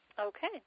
Okay